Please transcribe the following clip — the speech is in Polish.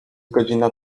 godzina